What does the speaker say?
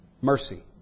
mercy